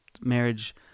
marriage